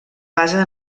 basa